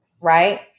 Right